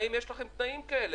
האם יש לכם תנאים כאלה,